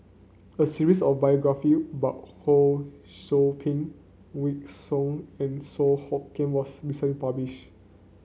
a series of biography about Ho Sou Ping Wykidd Song and Song Hoot Kiam was recent publish